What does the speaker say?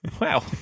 wow